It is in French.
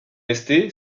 resté